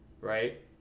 right